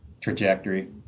trajectory